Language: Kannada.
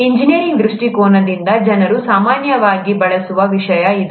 ಇಂಜಿನಿಯರಿಂಗ್ ದೃಷ್ಟಿಕೋನದಿಂದ ಜನರು ಸಾಮಾನ್ಯವಾಗಿ ಬಳಸುವ ವಿಷಯ ಇದು